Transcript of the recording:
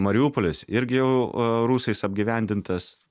mariupolis irgi jau rusais apgyvendintas